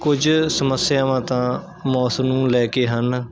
ਕੁਝ ਸਮੱਸਿਆਵਾਂ ਤਾਂ ਮੌਸਮ ਨੂੰ ਲੈ ਕੇ ਹਨ